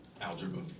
algebra